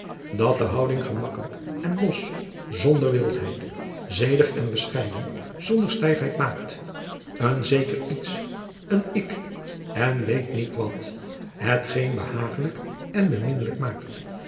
dat de houding gemakkelijk en los zonder wildheid zedig en bescheiden zonder stijfheid maakt een zeker iets een ick en weet niet wat hetgeen behaaglijk en beminnelijk maakt